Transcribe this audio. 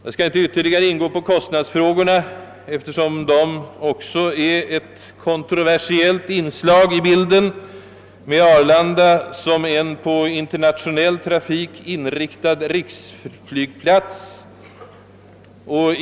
Jag skall inte ytterligare ingå på kostnadsfrågorna, eftersom dessa också är ett kontroversiellt inslag i bilden med Arlanda som en på internationell trafik inriktad riksflygplats.